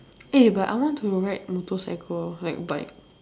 eh but I want to ride motorcycle like bike